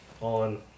on